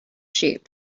sheep